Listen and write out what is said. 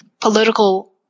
political